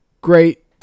great